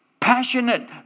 passionate